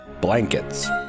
Blankets